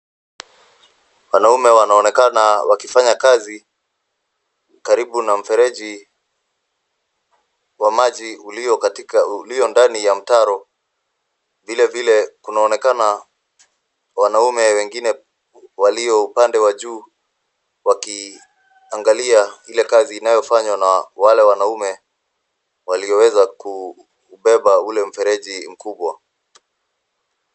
Wanaume wanaonekana wakifanya kazi karibu na mfereji wa maji ulio ndani ya mtaro. Vile vile kunaonekana wanaume wengine walio upande wa juu wakiangalia ile kazi inayofanywa na wale wanaume walioweza kubeba ule mfereji mkubwa.